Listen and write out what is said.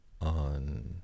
on